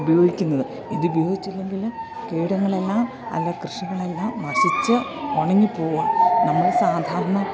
ഉപയോഗിക്കുന്നത് ഇതുപയോഗിച്ചില്ലെങ്കിൽ കീടങ്ങളെല്ലാം അല്ലേൽ കൃഷികളെല്ലാം നശിച്ച് ഉണങ്ങി പോവും നമ്മള് സാധാരണ